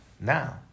now